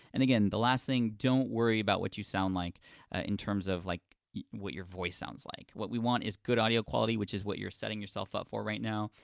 and again the last thing, don't worry about what you sound like in terms of like what your voice sounds like. what we want is good audio quality which is what you're setting yourself up for right now,